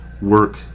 work